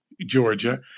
Georgia